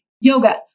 yoga